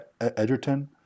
Edgerton